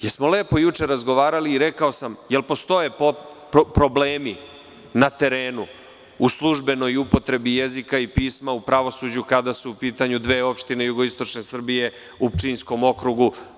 Jesmo li lepo juče razgovarali i rekao sam - jel postoje problemi na terenu, u službenoj upotrebi jezika i pisma u pravosuđu kada su u pitanju dve opštine jugoistočne Srbije u Pčinjskom okrugu?